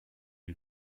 die